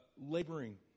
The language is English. laboring